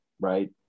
Right